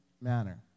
manner